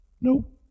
Nope